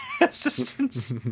assistance